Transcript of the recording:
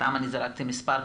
סתם זרקתי מספר,